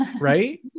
right